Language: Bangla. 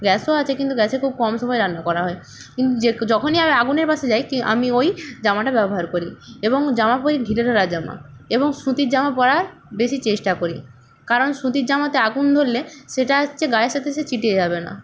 গ্যাসও আছে কিন্তু গ্যাসে খুব কম সময় রান্না করা হয় কিন যখনই আমি আগুনের পাশে যাই কী আমি ওই জামাটা ব্যবহার করি এবং জামা পরি ঢিলেঢালা জামা এবং সুতির জামা পরার বেশি চেষ্টা করি কারণ সুতির জামাতে আগুন ধরলে সেটা হচ্ছে গায়ের সাথে সে চিটে যাবে না